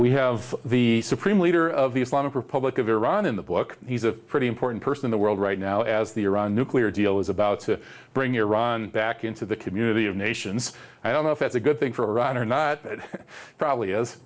we have the supreme leader of the islamic republic of iran in the book he's a pretty important person in the world right now as the iran nuclear deal is about to bring iran back into the community of nations i don't know if that's a good thing for iran or not probably is